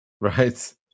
Right